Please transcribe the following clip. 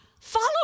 follow